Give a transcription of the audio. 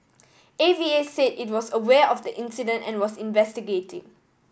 A V A said it was aware of the incident and was investigating